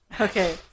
Okay